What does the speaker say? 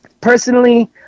personally